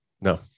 No